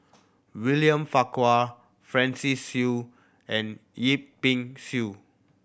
William Farquhar Francis Seow and Yip Pin Xiu